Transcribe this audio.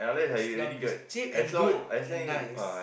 as long it's cheap and good and nice